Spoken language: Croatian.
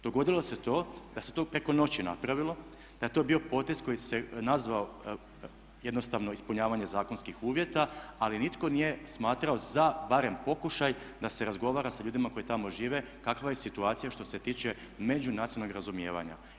Dogodilo se to da se to preko noći napravilo, da je to bio potez koji se nazvao jednostavno ispunjavanje zakonskih uvjeta ali nitko nije smatrao za barem pokušaj da se razgovara sa ljudima koji tamo žive kakva je situacija što se tiče međunacionalnih razumijevanja.